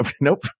Nope